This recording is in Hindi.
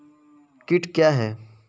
कीट क्या है?